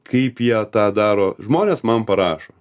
kaip jie tą daro žmonės man parašo